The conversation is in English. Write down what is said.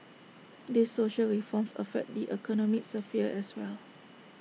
these social reforms affect the economic sphere as well